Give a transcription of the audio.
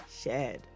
shared